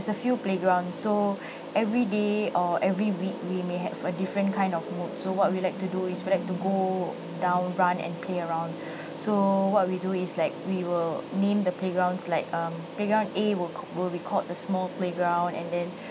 is a few playground so everyday or every week we may have a different kind of mood so what we like to do is we like to go down run and play around so what we do is like we will name the playgrounds like um playground A will will be called the small playground and then